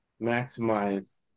maximize